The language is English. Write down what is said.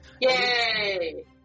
Yay